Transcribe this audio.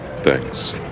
Thanks